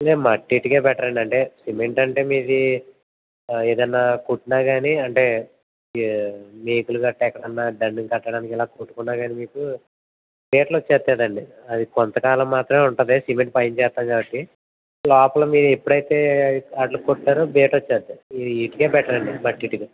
లేదు మట్టి ఇటుకే బెటర్ అండి అంటే సిమెంట్ అంటే మీది ఏదన్న కుట్టినా కానీ అంటే ఏ మేకులు కట్టా ఎక్కడన్నా దండెం కట్టుకున్న కాని మీకు చేతిలోచేస్తుందండీ అది కొంతకాలం మాత్రమే ఉంటది సిమెంట్ పైన చేస్తాం కాబట్టి లోపల మీరు ఎప్పుడైనా కొడితే బయట వచ్చేస్తుందండి ఈ ఈ ఇటుకే బెటర్ అండి మట్టి ఇటుక